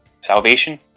salvation